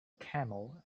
camel